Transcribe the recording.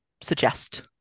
suggest